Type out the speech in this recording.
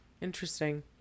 interesting